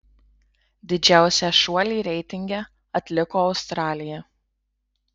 didžiausią šuolį reitinge atliko australija